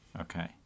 Okay